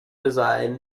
design